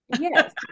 Yes